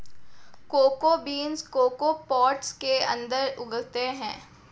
cocoa beans cocoa pods के अंदर उगते हैं